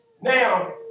now